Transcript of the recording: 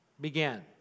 began